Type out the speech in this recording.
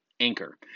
Anchor